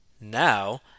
Now